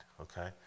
okay